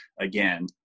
again